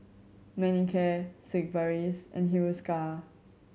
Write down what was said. Manicare Sigvaris and Hiruscar